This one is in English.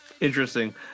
Interesting